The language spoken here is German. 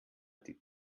die